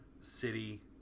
city